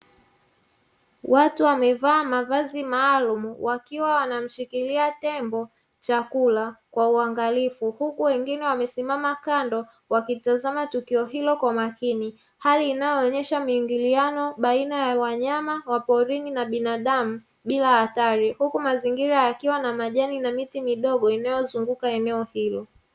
Watu wamevaa mavazi maalumu, wakiwa wanamshikilia tembo chakula kwa uangalifu, huku wengine wamesimama kando, wakitazama tukio hilo kwa makini, hali inayoonyesha miingiliano baina ya wanyama wa porini na binadamu bila athari, huku mazingira yakiwa na majani na miti midogo inayozunguka eneo hilo.